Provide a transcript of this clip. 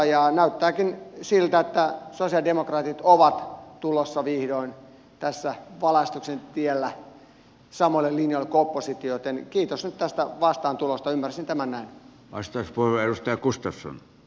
ja näyttääkin siltä että sosialidemokraatit ovat tulossa vihdoin tässä valaistuksen tiellä samoille linjoille kuin oppositio joten kiitos nyt tästä vastaantulosta ymmärsin tämän näin